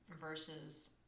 versus